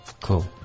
Cool